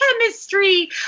chemistry